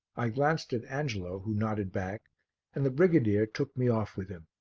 i glanced at angelo who nodded back and the brigadier took me off with him.